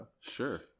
Sure